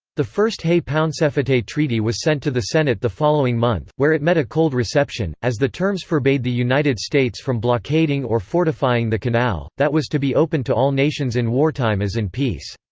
the first hay-pauncefote treaty was sent to the senate the following month, where it met a cold reception, as the terms forbade the united states from blockading or fortifying the canal, that was to be open to all nations in wartime as in peace.